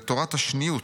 לתורת השניות,